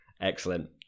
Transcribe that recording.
Excellent